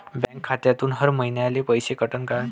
Bank खात्यातून हर महिन्याले पैसे कटन का?